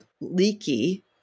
leaky